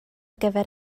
gyfer